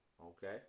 Okay